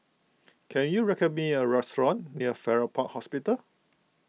can you recommend me a restaurant near Farrer Park Hospital